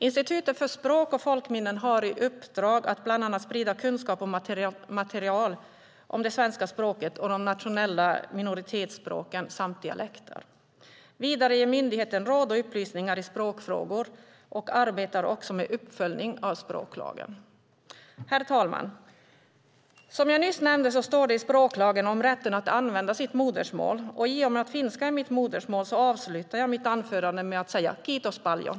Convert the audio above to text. Institutet för språk och folkminnen har i uppdrag att bland annat sprida kunskap och material om det svenska språket och de nationella minoritetsspråken samt dialekter. Vidare ger myndigheten råd och upplysningar i språkfrågor och arbetar också med uppföljning av språklagen. Herr talman! Som jag nyss nämnde står det i språklagen om rätten att använda sitt modersmål. Och i och med att finska är mitt modersmål avslutar jag mitt anförande med att säga: Kiitos paljon!